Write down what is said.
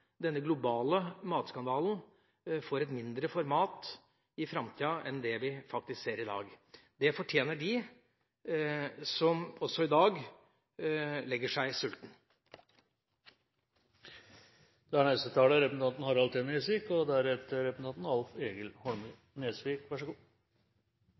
denne globale matskandalen får et mindre format i framtida enn det vi faktisk ser i dag. Det fortjener også de som i dag legger seg